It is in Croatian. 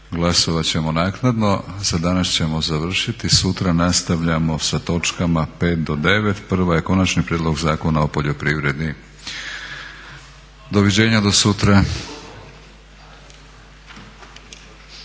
Glasovat ćemo naknadno. Za danas ćemo završiti. Sutra nastavljamo sa točkama 5 do 9. Prva je Konačni prijedlog zakona o poljoprivredi. Doviđenja do sutra.